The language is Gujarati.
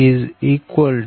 052 0